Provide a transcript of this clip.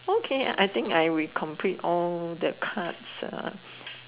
okay I think I will complete all the cards uh